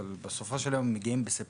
אבל בסופו של יום הם מגיעים בספטמבר